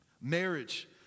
marriage